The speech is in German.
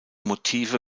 motive